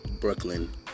Brooklyn